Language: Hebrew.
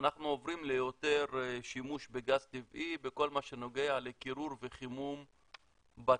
אנחנו עוברים ליותר שימוש בגז טבעי בכל מה שנוגע לקירור וחימום בתים,